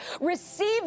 Receive